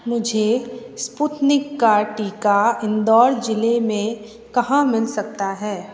मुझे स्पूटनिक का टीका इंदौर ज़िले में कहाँ मिल सकता है